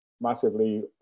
massively